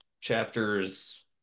Chapters